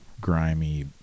grimy